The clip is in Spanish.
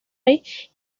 white